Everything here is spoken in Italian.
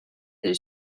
del